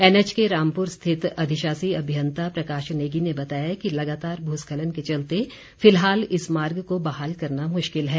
NH के रामपुर स्थित अधिशाषी अभियंता प्रकाश नेगी ने बताया कि लगातार भूस्खलन के चलते फिलहाल इस मार्ग को बहाल करना मुश्किल है